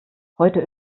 heute